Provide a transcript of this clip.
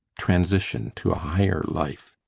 transition to a higher life.